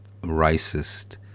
racist